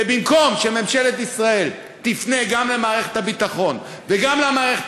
ובמקום שממשלת ישראל תפנה גם למערכת הביטחון וגם למערכת